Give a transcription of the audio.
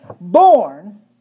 born